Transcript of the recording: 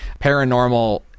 paranormal